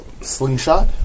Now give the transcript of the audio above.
Slingshot